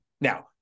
now